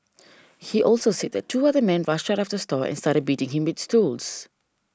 he also said that two other men rushed out of the store and started beating him with stools